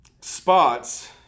spots